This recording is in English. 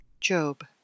Job